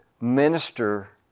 minister